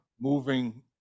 moving